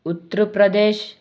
Uttar Pradesh